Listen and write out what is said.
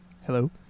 Hello